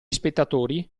spettatori